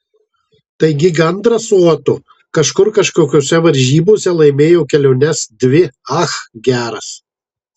taigi gandras su otu kažkur kažkokiose varžybose laimėjo keliones dvi ach geras